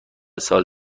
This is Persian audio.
سال